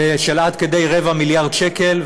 עד כדי רבע מיליארד שקל,